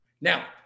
Now